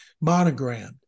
monogram